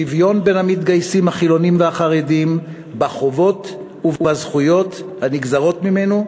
שוויון בין המתגייסים החילונים והחרדים בחובות ובזכויות הנגזרות ממנו,